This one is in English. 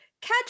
catch